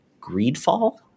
Greedfall